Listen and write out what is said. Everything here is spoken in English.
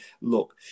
look